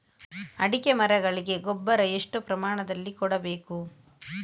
ಅಡಿಕೆ ಮರಗಳಿಗೆ ಗೊಬ್ಬರ ಎಷ್ಟು ಪ್ರಮಾಣದಲ್ಲಿ ಕೊಡಬೇಕು?